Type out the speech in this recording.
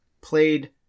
played